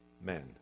men